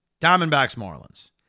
Diamondbacks-Marlins